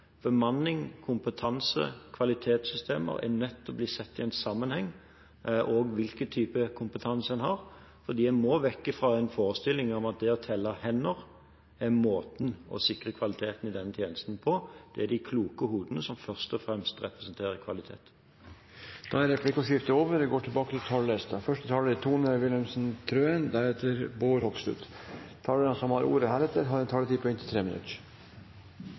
Bemanning, kompetanse, kvalitetssystemer og hvilken type kompetanse en har, er nødt til å bli sett i en sammenheng, fordi en må vekk fra en forestilling om at det å telle hender er måten å sikre kvaliteten i denne tjenesten på. Det er de kloke hodene som først og fremst representerer kvalitet. Da er replikkordskiftet over. De talere som heretter får ordet, har en taletid på inntil 3 minutter. Når det gjelder forslag nr. 3, har jeg lyst til å kommentere at regjeringen har